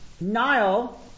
Nile